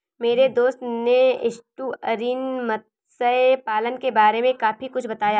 मेरे दोस्त ने एस्टुअरीन मत्स्य पालन के बारे में काफी कुछ बताया